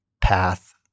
path